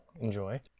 Enjoy